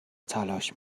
تلاش